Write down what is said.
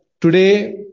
today